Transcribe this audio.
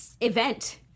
event